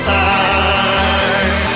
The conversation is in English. time